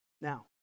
Now